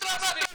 קחו את רמת רחל,